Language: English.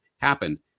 happen